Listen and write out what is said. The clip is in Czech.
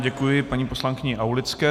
Děkuji paní poslankyni Aulické.